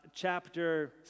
Chapter